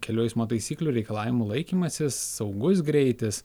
kelių eismo taisyklių reikalavimų laikymasis saugus greitis